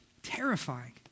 Terrifying